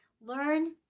learn